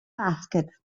basket